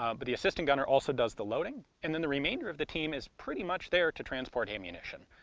um but the assistant gunner also does the loading and then the remainder of the team is pretty much there to transport ammunition.